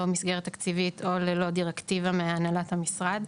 מסגרת תקציבית או ללא דירקטיבה מהנהלת המשרד.